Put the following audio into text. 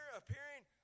appearing